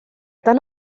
tan